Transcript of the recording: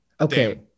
Okay